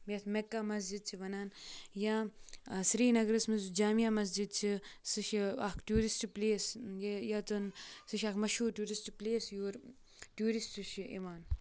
یَتھ مَکّہ مسجِد چھِ وَنان یا سرینگرَس منٛز یُس جامع مسجِد چھِ سُہ چھِ اَکھ ٹیوٗرِسٹ پٕلیس یہِ یَتَن سُہ چھِ اَکھ مشہوٗر ٹیوٗرِسٹ پٕلیس یور ٹیوٗرِسٹ چھِ یِوان